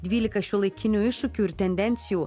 dvylika šiuolaikinių iššūkių ir tendencijų